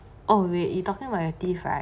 oh wait you talking about your teeth right